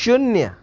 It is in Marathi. शून्य